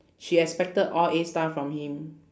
she expected all A star from him